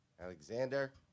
Alexander